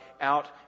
out